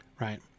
right